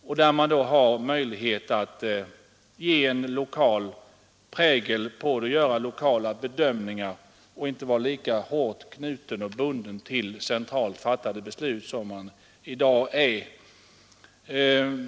att motverka tristess och vantrivsel i skolarbetet Kommunerna har ju möjlighet att göra lokala bedömningar och borde inte vara lika hårt bundna av centralt fattade beslut som man i dag är.